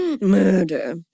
Murder